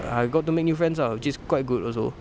err I got to make new friends ah which is quite good also